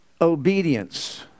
obedience